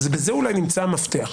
ובזה אולי נמצא המפתח,